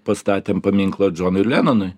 pastatėm paminklą džonui lenonui